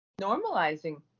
normalizing